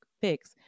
fix